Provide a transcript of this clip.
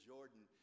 Jordan